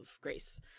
Grace